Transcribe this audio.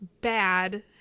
bad